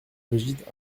brigitte